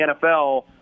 NFL